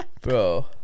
bro